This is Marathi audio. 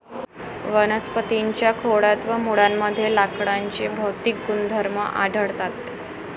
वनस्पतीं च्या खोडात व मुळांमध्ये लाकडाचे भौतिक गुणधर्म आढळतात